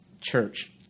church